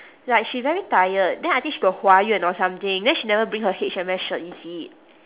like she very tired then I think she got 华苑 or something then she never bring her H_M_S shirt is it